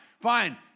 fine